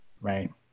Right